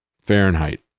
Fahrenheit